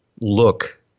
look